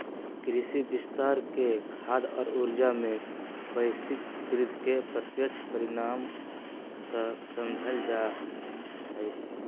कृषि विस्तार के खाद्य और ऊर्जा, में वैश्विक वृद्धि के प्रत्यक्ष परिणाम समझाल जा हइ